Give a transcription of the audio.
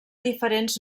diferents